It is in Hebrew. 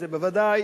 זה בוודאי